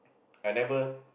I never